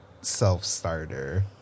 self-starter